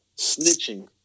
snitching